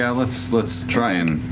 yeah, let's let's try and